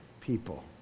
people